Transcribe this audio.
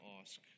ask